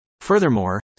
Furthermore